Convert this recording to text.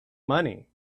money